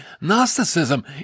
Gnosticism